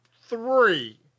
three